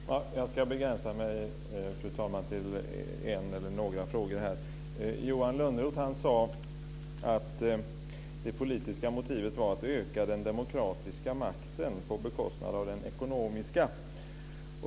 Fru talman! Jag ska begränsa mig till en eller några frågor. Johan Lönnroth sade att det politiska motivet var att öka den demokratiska makten på bekostnad av den ekonomiska.